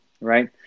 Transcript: right